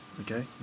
Okay